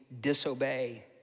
disobey